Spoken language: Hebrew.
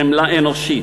חמלה אנושית.